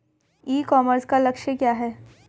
ई commerce का लक्ष्य क्या है?